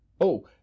Oh